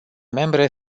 membre